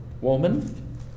Woman